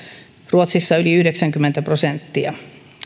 ruotsissa yli yhdeksänkymmentä prosenttia